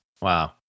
Wow